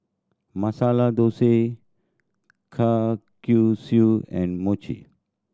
Masala Dosa Kalguksu and Mochi